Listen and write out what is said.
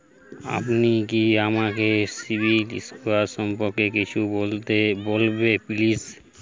আপনি কি আমাকে সিবিল স্কোর সম্পর্কে কিছু বলবেন প্লিজ?